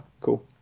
cool